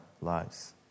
lives